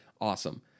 Awesome